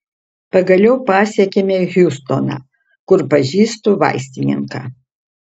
pagaliau pasiekėme hjustoną kur pažįstu vaistininką